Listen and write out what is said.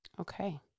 Okay